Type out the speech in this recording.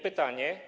Pytanie.